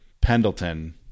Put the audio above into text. Pendleton